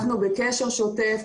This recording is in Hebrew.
אנחנו בקשר שוטף,